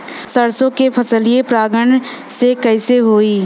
सरसो के फसलिया परागण से कईसे होई?